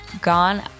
gone